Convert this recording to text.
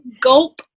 gulp